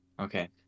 Okay